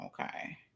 Okay